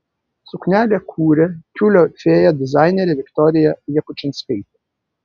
suknelę kūrė tiulio fėja dizainerė viktorija jakučinskaitė